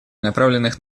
направленных